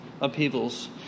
Upheavals